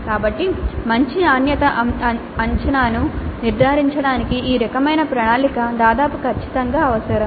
కాబట్టి మంచి నాణ్యత అంచనాను నిర్ధారించడానికి ఈ రకమైన ప్రణాళిక దాదాపు ఖచ్చితంగా అవసరం